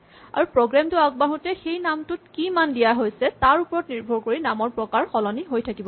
আৰু প্ৰগ্ৰেম টো আগবাঢ়োতে সেই নামটোত কি মান দিয়া হৈছে তাৰ ওপৰত নিৰ্ভৰ কৰি নামৰ প্ৰকাৰ সলনি হৈ থাকিব পাৰে